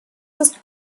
ist